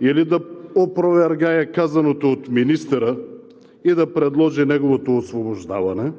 или да опровергае казаното от министъра и да предложи неговото освобождаване,